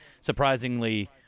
surprisingly